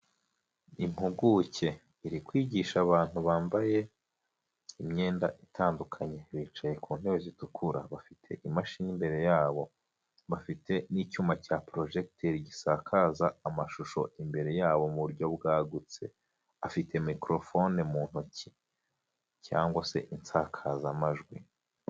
Impuguke iri kwigisha abantu bambaye imyenda itandukanye. Bicaye ku ntebe zitukura. Bafite imashini imbere yabo. Bafite n'icyuma cya porojekitire gisakaza amashusho imbere yabo, mu buryo bwagutse. Afite mikorofone mu ntoki. Cyangwa se insakazamajwi.